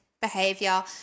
behavior